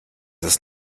ist